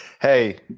Hey